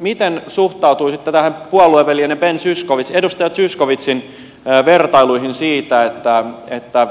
miten suhtautuisitte tähän puolueveljenne edustaja zyskowiczin vertailuihin siitä että